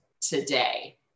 today